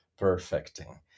perfecting